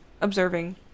observing